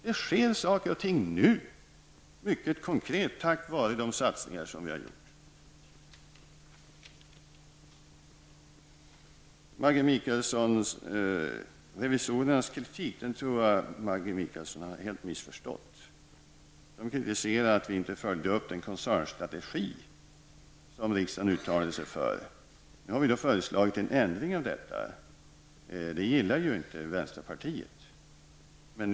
Det sker konkreta saker redan nu tack vare våra satsningar. Jag tror att Maggi Mikaelsson helt har missförstått revisorernas kritik. De kritiserar att vi inte följde upp den koncernstrategi som riksdagen uttalade sig för. Vänsterpartiet tyckte inte om den ändring som vi föreslog.